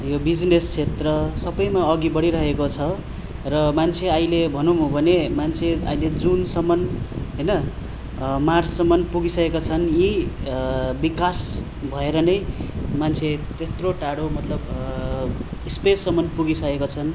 यो बिजिनेस क्षेत्र सबैमा अघि बढिरहेको छ र मान्छे अहिले भन्नु हो भने मान्छे अहिले जुनसम्म होइन मार्ससम्म पुगिसकेका छन् यी विकास भएर नै मान्छे त्यत्रो टाडो मतलब स्पेससम्म पुगिसकेका छन्